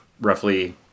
roughly